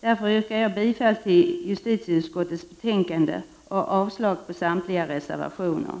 Jag yrkar därför bifall till hemställan i justitieutskottets betänkande och avslag på samtliga reservationer.